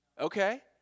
Okay